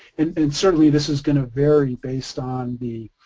and certainly this is gonna vary based on the,